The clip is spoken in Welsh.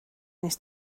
nes